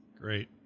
Great